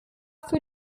für